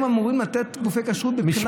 הם אמורים לתת גופי כשרות מבחינה כלכלית.